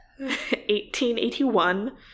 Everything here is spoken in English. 1881